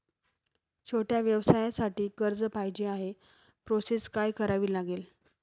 छोट्या व्यवसायासाठी कर्ज पाहिजे आहे प्रोसेस काय करावी लागेल?